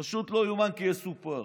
פשוט לא יאומן כי יסופר.